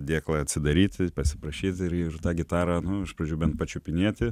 dėklą atsidaryt pasiprašyt ir ir tą gitarą nu iš pradžių bent pačiupinėti